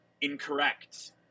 incorrect